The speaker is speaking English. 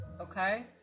okay